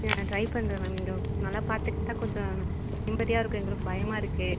சரி நான் ட்ரை பண்ணுறேன் மேம் நீங்கள் நல்லா பார்த்துக்கிட்டா கொஞ்சம் நிம்மதியாக இருக்கும் எங்களுக்கு பயமாக இருக்குது